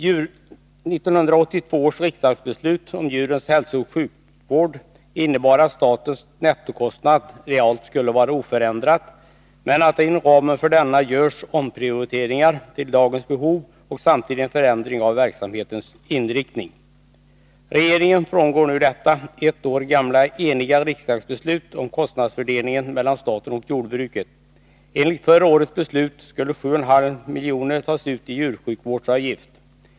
1982 års riksdagsbeslut om djurens hälsooch sjukvård innebar att statens nettokostnad realt skulle vara oförändrad, men att det inom ramen för denna kostnad skulle göras omprioriteringar till dagens behov och samtidigt en förändring av verksamhetens inriktning. Regeringen frångår nu detta ett år gamla, eniga riksdagsbeslut om kostnadsfördelningen mellan staten och jordbruket. Enligt förra årets beslut skulle 7,5 milj.kr. tas ut i djursjukvårdsavgift.